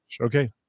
Okay